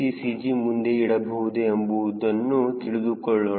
c CG ಮುಂದೆ ಇಡಬಹುದು ಎಂಬುವುದನ್ನು ತಿಳಿದುಕೊಳ್ಳೋಣ